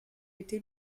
été